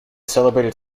celebrated